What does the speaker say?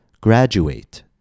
Graduate